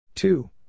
Two